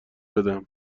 بدم